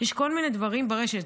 יש כל מיני דברים ברשת.